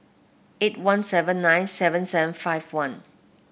eight one seven nine seven seven five one